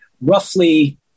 roughly –